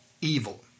evil